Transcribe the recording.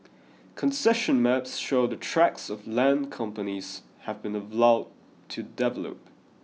concession maps show the tracts of land companies have been allowed to develop